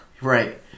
Right